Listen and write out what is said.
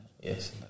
Yes